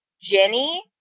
Jenny